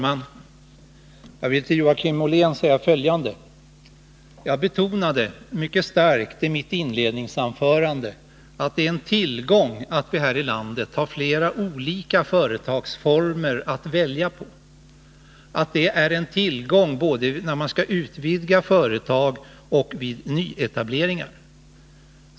Herr talman! Till Joakim Ollén vill jag säga följande: Jag betonade mycket starkt i mitt inledningsanförande att det är en tillgång att vi här i landet har flera olika företagsformer att välja på. Det är en tillgång när företag skall utvidgas och vid nyetableringar.